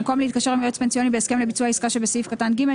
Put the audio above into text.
במקום "להתקשר עם יועץ פנסיוני בהסכם לביצוע עסקה שבסעיף קטן (ג)"